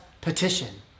petition